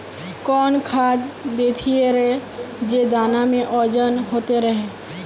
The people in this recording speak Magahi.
कौन खाद देथियेरे जे दाना में ओजन होते रेह?